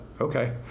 okay